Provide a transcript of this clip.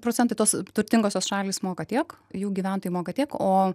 procentai tos turtingosios šalys moka tiek jų gyventojai moka tiek o